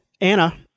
Anna